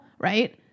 Right